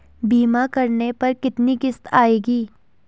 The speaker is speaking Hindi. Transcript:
बीमा करने पर कितनी किश्त आएगी?